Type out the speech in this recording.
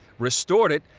restored it,